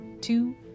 two